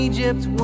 Egypt